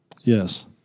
Yes